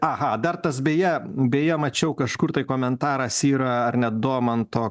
aha dar tas beje beje mačiau kažkur tai komentaras yra ar ne domanto